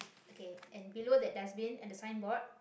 okay and below that dustbin and the signboard